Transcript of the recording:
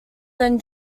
then